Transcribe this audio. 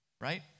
Right